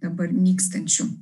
dabar nykstančių